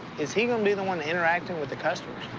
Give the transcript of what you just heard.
is he gonna be the one interacting with the customers?